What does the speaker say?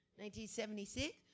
1976